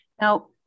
Now